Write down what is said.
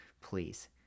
please